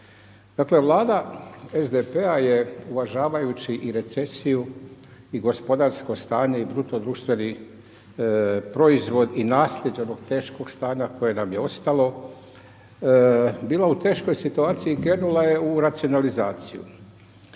Dakle, Vlada SDP-a je uvažavajući i recesiju i gospodarsko stanje i bruto društveni proizvod i naslijeđenog teškog stanja koje nam je ostalo, bila u teškoj situaciji. Krenula je u racionalizaciju